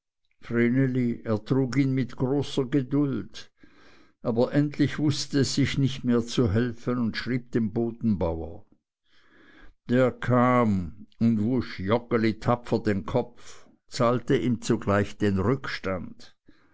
ihn mit großer geduld aber endlich wußte es sich nicht mehr zu helfen und schrieb dem bodenbauer der kam und wusch joggeli tapfer den kopf zahlte ihm zugleich auch den rückstand